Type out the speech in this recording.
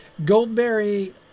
Goldberry